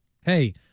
hey